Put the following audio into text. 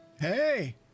Hey